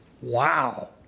Wow